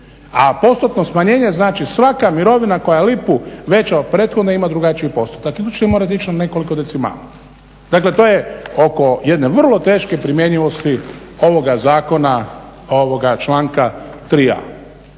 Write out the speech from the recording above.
a postotno smanjenje znači svaka mirovina koja je lipu veća od prethodne ima drugačiji postotak, dakle vi ćete morat ići na nekoliko decimala. Dakle to je oko jedne vrlo teške primjenjivosti ovoga zakona, ovoga članka 3.a